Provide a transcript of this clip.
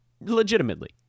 Legitimately